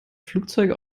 flugzeuge